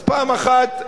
אז פעם אחת,